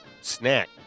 Snack